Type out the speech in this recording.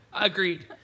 Agreed